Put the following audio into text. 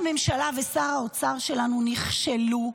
שראש הממשלה ושר האוצר שלנו נכשלו.